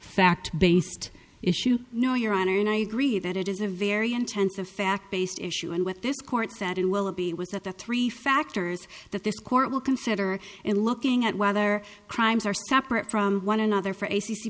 fact based issue no your honor and i agree that it is a very intensive fact based issue and with this court that it will be was that the three factors that this court will consider in looking at whether crimes are separate from one another for a